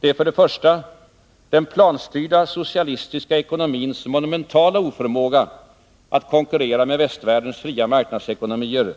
Det är — för det första — den planstyrda socialistiska ekonomins monumentala oförmåga att konkurrera med västvärldens fria marknadsekonomier